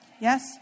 Yes